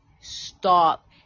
stop